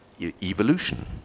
evolution